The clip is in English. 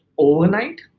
Overnight